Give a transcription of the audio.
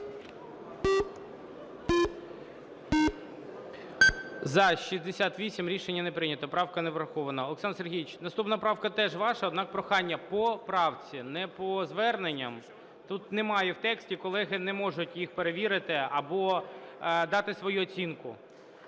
За-68 Рішення не прийнято. Правка не врахована. Олександр Сергійович, наступна правка теж ваша, однак прохання: по правці, не по зверненням. Тут немає в тексті, колеги не можуть їх перевірити або дати свою оцінку.